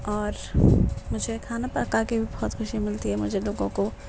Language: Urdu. اور مجھے کھانا پکا کے بہت خوشی ملتی ہے مجھے لوگوں کو